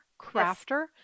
crafter